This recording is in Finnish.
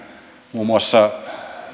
muun muassa